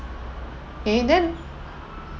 okay then